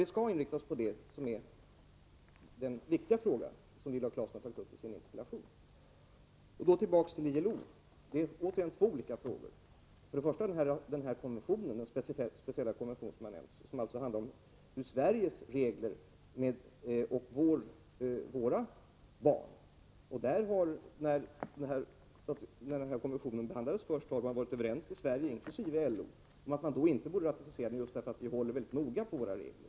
Vi skall i stället inrikta oss på den viktiga fråga som Viola Claesson tog upp i sin interpellation. Låt oss då gå tillbaka till ILO, varvid vi bör ta upp två olika frågor. Det gäller först och främst den speciella konvention som har nämnts och som handlar om reglerna i Sverige för behandlingen av de svenska barnen. När konventionen först behandlades i Sverige var de agerande, inkl. LO, överens om att den inte borde ratificeras, eftersom vi håller mycket noga på våra regler.